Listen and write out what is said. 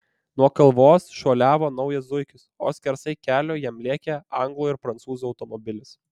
nuo kalvos šuoliavo naujas zuikis o skersai kelio jam lėkė anglo ir prancūzo automobilis